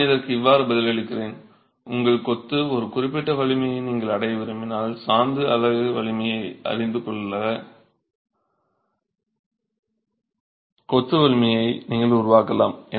நான் இதற்கு இவ்வாறு பதிலளிக்கிறேன் உங்கள் கொத்து ஒரு குறிப்பிட்ட வலிமையை நீங்கள் அடைய விரும்பினால் சாந்து மற்றும் அலகு வலிமையை அறிந்து கொத்து வலிமையை நீங்கள் உருவாக்கலாம்